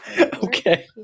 Okay